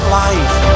life